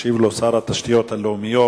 ישיב לו שר התשתיות הלאומיות